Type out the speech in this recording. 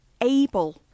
able